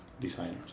designers